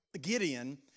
Gideon